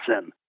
sin